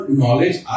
knowledge